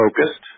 focused